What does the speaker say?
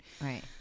Right